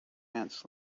ants